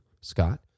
Scott